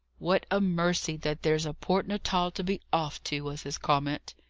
what a mercy that there's a port natal to be off to! was his comment.